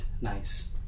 nice